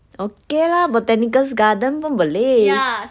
okay lah botanical gardens pun boleh